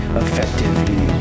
effectively